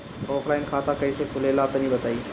Offline खाता कइसे खुलेला तनि बताईं?